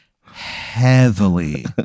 heavily